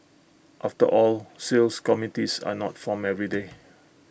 after all seals committees are not formed every day